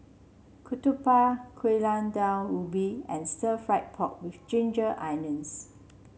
Ketupat Gulai Daun Ubi and stir fry pork with Ginger Onions